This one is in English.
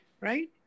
right